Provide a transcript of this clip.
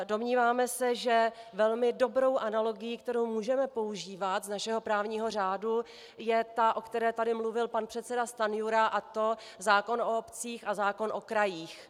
Domníváme se, že velmi dobrou analogií, kterou můžeme používat z našeho právního řádu, je ta, o které tady mluvil pan předseda Stanjura, a to zákon o obcích a zákon o krajích.